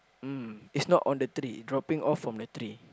um is not on the tree dropping off from the tree